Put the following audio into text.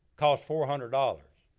cost four hundred dollars.